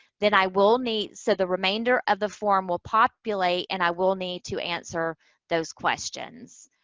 then i will need, so the remainder of the form will populate, and i will need to answer those questions.